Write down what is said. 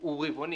הוא רבעוני.